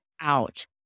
out